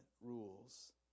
rules